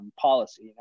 policy